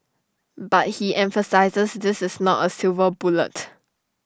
but he emphasises this is not A silver bullet